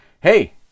hey